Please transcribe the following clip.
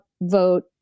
vote